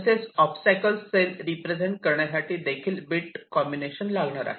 तसेच obstacles cell represent करण्यासाठी bit combination लागणार आहे